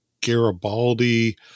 garibaldi